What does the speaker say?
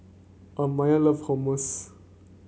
Amiah love Hummus